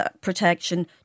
protection